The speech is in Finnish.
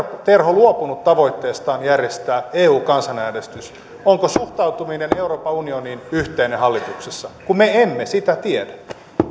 terho luopunut tavoitteestaan järjestää eu kansanäänestys onko suhtautuminen euroopan unioniin yhteinen hallituksessa me emme sitä tiedä